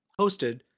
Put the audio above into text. hosted